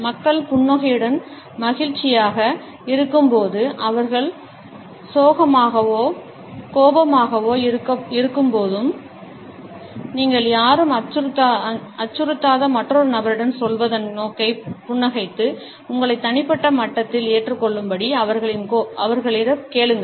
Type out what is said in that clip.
மக்கள் புன்னகையுடன் மகிழ்ச்சியாக இருக்கும்போது அவர்கள் சோகமாகவோ கோபமாகவோ இருக்கும்போது நீங்கள் யாரும் அச்சுறுத்தாத மற்றொரு நபரிடம் சொல்வதன் நோக்கத்தை புன்னகைத்து உங்களை தனிப்பட்ட மட்டத்தில் ஏற்றுக்கொள்ளும்படி அவர்களிடம் கேளுங்கள்